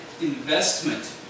investment